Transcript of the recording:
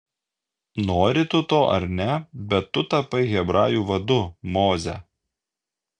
nori tu to ar ne bet tu tapai hebrajų vadu moze